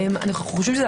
אנו חושבים,